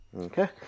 okay